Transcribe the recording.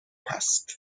هست